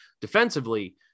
defensively